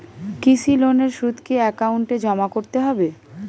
কৃষি লোনের সুদ কি একাউন্টে জমা করতে হবে?